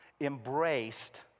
embraced